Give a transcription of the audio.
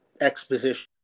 exposition